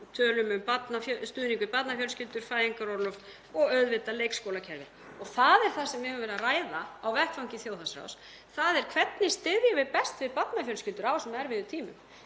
tölum um stuðning við barnafjölskyldur, fæðingarorlof og auðvitað leikskólakerfi. Það er það sem við höfum verið að ræða á vettvangi þjóðhagsráðs, þ.e. hvernig við styðjum best við barnafjölskyldur á þessum erfiðu tímum.